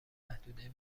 محدوده